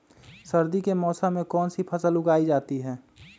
सर्दी के मौसम में कौन सी फसल उगाई जाती है?